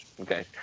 okay